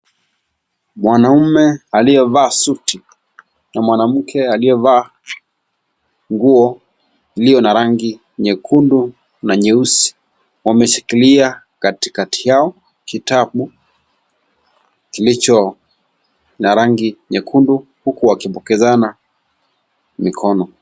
Mwanaume aliyevaa suti na mwanamke aliyevaa nguo iliyo na rangi nyekundu na nyeusi. Wameshikilia katikati yao kitabu kilicho na rangi nyekundu huku wakipokezana mikono.